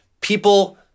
People